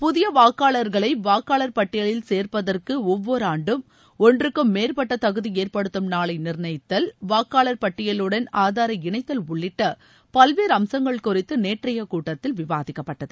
புதியவாக்காளர்களைவாக்காளர் பட்டியலில் சேர்ப்பதற்குஒவ்வொருஆண்டும் ஒன்றுக்கும் மேற்பட்டதகுதிஏற்படுத்தும் நாளைநிர்ணயித்தல் வாக்காளர் பட்டியலுடன் இணைத்தல் ஆதாரை உள்ளிட்டபல்வேறுஅம்சங்கள் குறித்துநேற்றையகூட்டத்தில் விவாதிக்கப்பட்டது